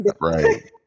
Right